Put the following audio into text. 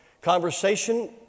conversation